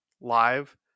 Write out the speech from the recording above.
live